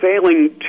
failing